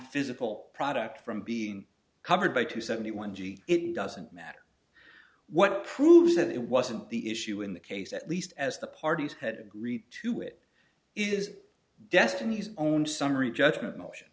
physical product from being covered by two seventy one g it doesn't matter what proves that it wasn't the issue in the case at least as the parties had agreed to it is destiny's own summary judgment motion